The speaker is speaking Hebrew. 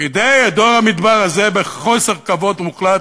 כדי להוציא את דור המדבר הזה, בחוסר כבוד מוחלט,